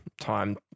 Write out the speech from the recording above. time